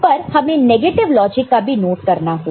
पर हमें negative logic का भी नोट करना होगा